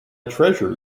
treasure